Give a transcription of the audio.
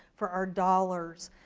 for our dollars,